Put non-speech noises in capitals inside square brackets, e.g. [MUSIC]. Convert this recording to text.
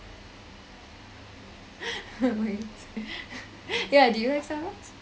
[LAUGHS] okay ya do you like starbucks